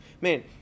man